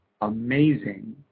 amazing